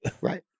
Right